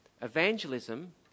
evangelism